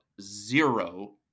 zero